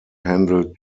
handled